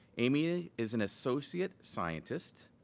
amy is an associate scientist,